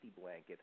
blanket